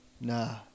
Nah